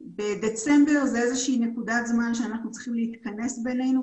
דצמבר הוא איזושהי נקודת זמן בה אנחנו צריכים להתכנס בינינו,